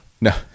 No